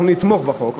אנחנו נתמוך בחוק,